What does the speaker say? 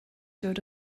dod